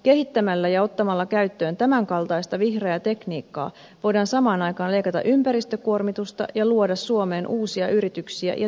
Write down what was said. kehittämällä ja ottamalla käyttöön tämän kaltaista vihreää tekniikkaa voidaan samaan aikaan leikata ympäristökuormitusta ja luoda suomeen uusia yrityksiä ja työpaikkoja